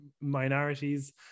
minorities